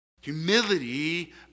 Humility